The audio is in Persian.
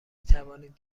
توانید